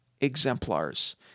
exemplars